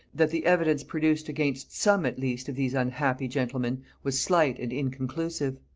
that the evidence produced against some at least of these unhappy gentlemen, was slight and inconclusive.